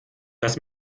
lass